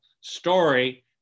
story